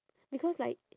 because like